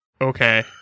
Okay